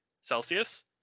Celsius